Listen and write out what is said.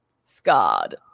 scarred